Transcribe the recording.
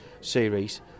series